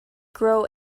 grow